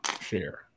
share